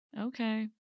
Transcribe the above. okay